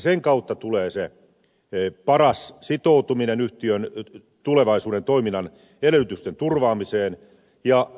sen kautta tulee se paras sitoutuminen yhtiön tulevaisuuden toiminnan edellytysten turvaamiseen ja